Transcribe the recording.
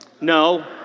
No